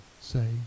say